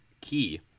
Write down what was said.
key